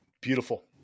Beautiful